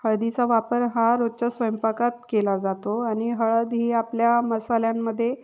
हळदीचा वापर हा रोजच्या स्वयंपाकात केला जातो आणि हळद ही आपल्या मसाल्यांमध्ये